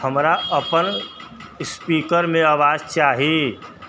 हमरा अपन स्पीकरमे आवाज चाही